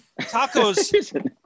Tacos